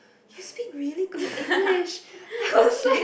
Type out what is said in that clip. you speak really good English I was like